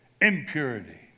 impurity